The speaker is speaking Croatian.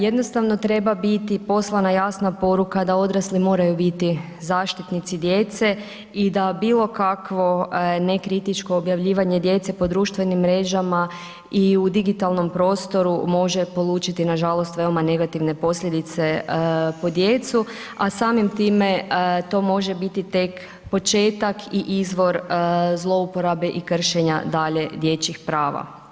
Jednostavno treba biti poslana jasna poruka, da odrasli moraju biti zaštitnici djece i da bilokakvo nekritično objavljivanje djece po društvenim mrežama i u digitalnom prostoru, može polučiti nažalost, velike negativne posljedice po djecu, a samim time, to može biti tek početak i izvor zlouporaba i krašenja djeluje dječjih prava.